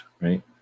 right